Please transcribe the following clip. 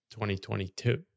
2022